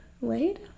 laid